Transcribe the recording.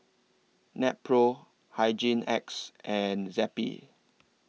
Nepro Hygin X and Zappy